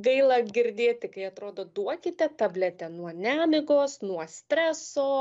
gaila girdėti kai atrodo duokite tabletę nuo nemigos nuo streso